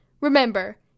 Remember